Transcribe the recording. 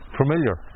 familiar